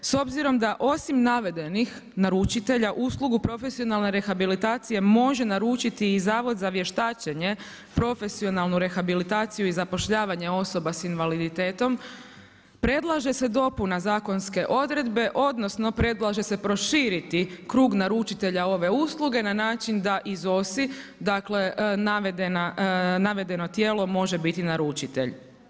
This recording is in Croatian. S obzirom da osim navedenih naručitelja uslugu profesionalne rehabilitacije može naručiti i Zavod za vještačenje, profesionalnu rehabilitaciju i zapošljavanje osobe s invaliditetom, predlaže se dopuna zakonske odredbe odnosno predlaže se proširiti krug naručitelja ove usluge na način da … dale navedeno tijelo može biti naručitelj.